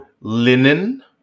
linen